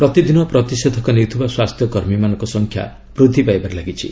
ପ୍ରତିଦିନ ପ୍ରତିଷେଧକ ନେଉଥିବା ସ୍ୱାସ୍ଥ୍ୟ କର୍ମୀମାନଙ୍କ ସଂଖ୍ୟା ବୃଦ୍ଧି ପାଇବାରେ ଲାଗିଛି